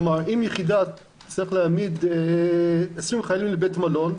כלומר אם יחידה תצטרך להעמיד 20 חיילים לבית מלון,